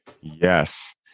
Yes